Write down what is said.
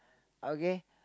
okay